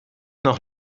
noch